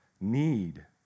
need